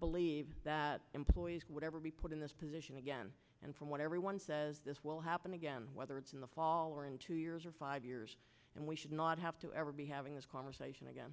believe that employees would ever be put in this position again and from what everyone says this will happen again whether it's in the fall or in two years or five years and we should not have to ever be having this conversation again